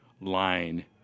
line